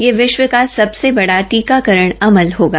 यह विश्व का सबसे बड़ा टीकाकरण अमल होगा